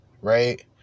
right